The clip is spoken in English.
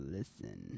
Listen